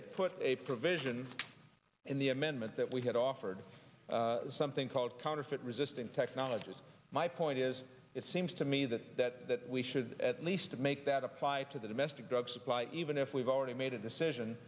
had put a provision in the amendment that we had offered something called counterfeit resisting technologies my point is it seems to me that that that we should at least make that apply to the domestic drug supply even if we've already made a decision